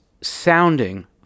sounding